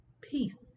peace